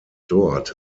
dort